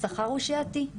השכר הוא שעתי.